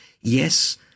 Yes